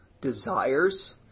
desires